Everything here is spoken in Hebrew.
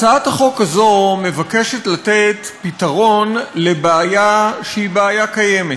הצעת החוק הזו מבקשת לתת פתרון לבעיה שהיא בעיה קיימת.